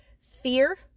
fear